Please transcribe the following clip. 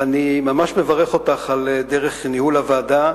ואני ממש מברך אותך על דרך ניהול הוועדה.